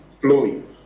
flowing